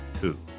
two